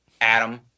Adam